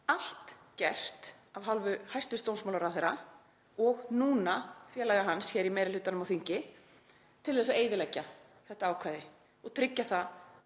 allt gert af hálfu hæstv. dómsmálaráðherra, og núna félaga hans í meiri hlutanum á þingi, til þess að eyðileggja þetta ákvæði og tryggja að